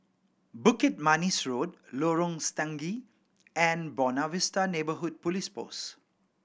Bukit Manis Road Lorong Stangee and Buona Vista Neighbourhood Police Post